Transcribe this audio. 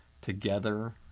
Together